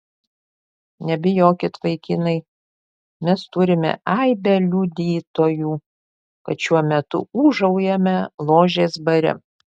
nebijokit vaikinai mes turime aibę liudytojų kad šiuo metu ūžaujame ložės bare